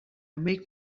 make